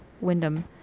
Wyndham